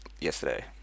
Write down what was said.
yesterday